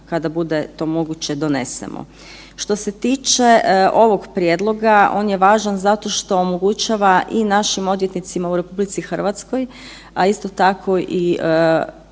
kada to bude moguće donesemo. Što se tiče ovog prijedloga, on je važan zato što omogućava i našim odvjetnicima u RH, a isto tako i izvan